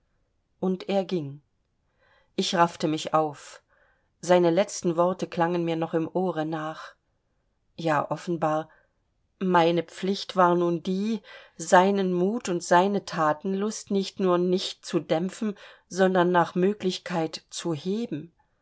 und er ging ich raffte mich auf seine letzten worte klangen mir noch im ohre nach ja offenbar meine pflicht war nun die seinen mut und seine thatenlust nicht nur nicht zu dämpfen sondern nach möglichkeit zu heben